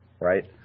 right